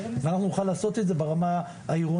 ואנחנו נוכל לעשות את זה ברמה העירונית,